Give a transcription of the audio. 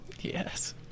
Yes